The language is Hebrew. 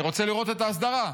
אני רוצה לראות את ההסדרה.